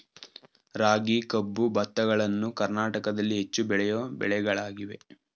ರಾಗಿ, ಕಬ್ಬು, ಭತ್ತಗಳನ್ನು ಕರ್ನಾಟಕದಲ್ಲಿ ಹೆಚ್ಚು ಬೆಳೆಯೋ ಬೆಳೆಗಳಾಗಿವೆ